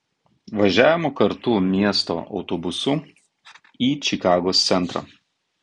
važiavome kartu miesto autobusu į čikagos centrą